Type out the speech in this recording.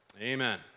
Amen